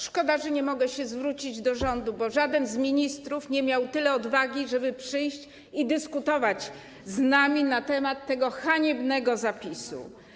Szkoda, że nie mogę zwrócić się do rządu, bo żaden z ministrów nie miał tyle odwagi, żeby przyjść i dyskutować z nami na temat tego haniebnego zapisu.